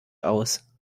aus